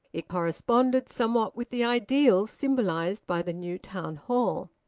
it corresponded somewhat with the ideals symbolised by the new town hall.